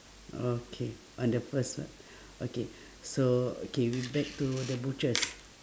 okay on the first on~ okay so okay we back to the butchers